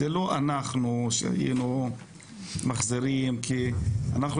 זה לא אנחנו שהיינו מחזירים כי אנחנו